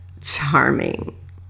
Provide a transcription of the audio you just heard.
charming